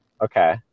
Okay